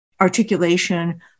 articulation